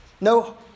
No